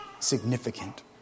Significant